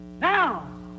Now